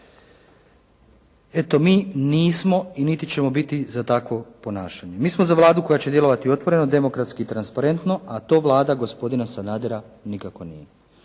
Eto mi nismo i niti ćemo biti za takvo ponašanje. Mi smo za Vladu koja će djelovati otvoreno, demokratski i transparentno a to Vlada gospodina Sanadera nikako nije.